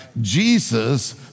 Jesus